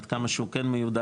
עד כמה שהוא כן מיודע,